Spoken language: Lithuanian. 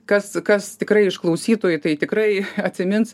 kas kas tikrai išklausytojai tai tikrai atsimins